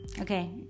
Okay